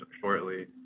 shortly